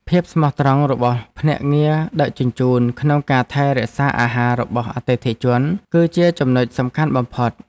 ភាពស្មោះត្រង់របស់ភ្នាក់ងារដឹកជញ្ជូនក្នុងការថែរក្សាអាហាររបស់អតិថិជន គឺជាចំណុចសំខាន់បំផុត។